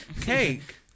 Cake